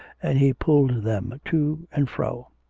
and he pulled them to and fro.